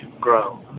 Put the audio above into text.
grow